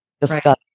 discuss